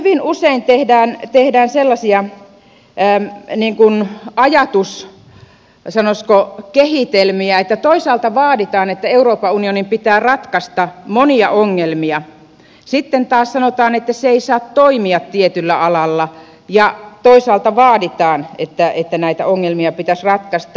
hyvin usein tehdään sellaisia enää niin tunne ajatus ja sen sanoisiko ajatuskehitelmiä että toisaalta vaaditaan että euroopan unionin pitää ratkaista monia ongelmia ja sitten taas sanotaan että se ei saa toimia tietyllä alalla toisaalta vaaditaan että näitä ongelmia pitäisi ratkaista